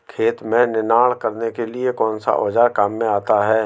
खेत में निनाण करने के लिए कौनसा औज़ार काम में आता है?